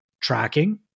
tracking